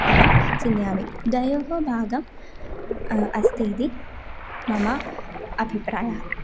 अहं चिन्तयामि द्वयोः भागम् अस्ति इति मम अभिप्रायः